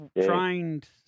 trained